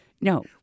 no